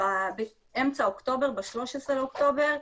באמצע אוקטובר, ב-13 באוקטובר,